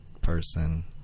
person